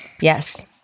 Yes